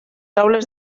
aules